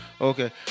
Okay